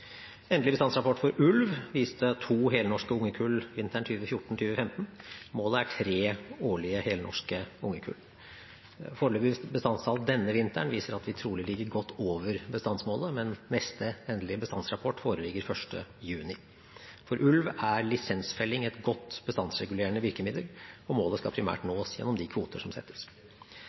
Endelig bestandsrapport for ulv viste to helnorske ungekull vinteren 2014–2015. Målet er tre årlige, helnorske ungekull. Foreløpig bestandstall denne vinteren viser at vi trolig ligger godt over bestandsmålet, men neste endelige bestandsrapport foreligger 1. juni. For ulv er lisensfelling et godt bestandsregulerende virkemiddel, og målet skal primært nås gjennom de kvoter som settes.